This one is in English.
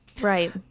Right